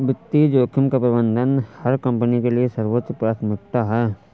वित्तीय जोखिम का प्रबंधन हर कंपनी के लिए सर्वोच्च प्राथमिकता है